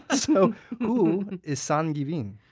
ah so who is san giving?